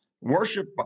Worship